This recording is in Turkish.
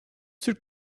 türk